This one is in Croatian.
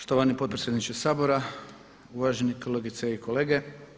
Štovani potpredsjedniče Sabora, uvaženi kolegice i kolege.